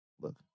Look